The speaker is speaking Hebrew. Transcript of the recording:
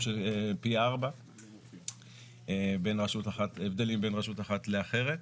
של פי ארבעה הבדלים בין רשות אחת לאחרת.